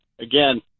Again